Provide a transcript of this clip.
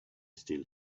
still